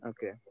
Okay